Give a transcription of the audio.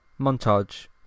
montage